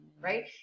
right